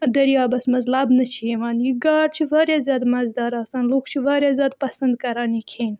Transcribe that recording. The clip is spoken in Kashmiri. دٔریابَس منٛز لَبنہٕ چھِ یِوان یہِ گاڈ چھِ واریاہ زیادٕ مَزٕدار آسان لُکھ چھِ واریاہ زیادٕ پَسنٛد کَران یہِ کھیٚنۍ